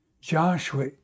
Joshua